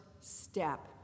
step